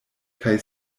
kaj